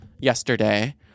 yesterday